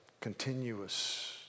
continuous